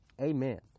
Amen